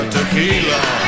Tequila